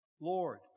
Lord